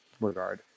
regard